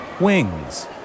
wings